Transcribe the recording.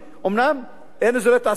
אומנם אין אזורי תעשייה,